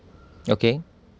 okay